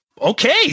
Okay